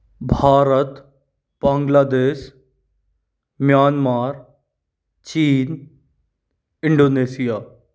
Bharat Bangladesh Myanmar चीन Indonesia